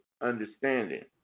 understanding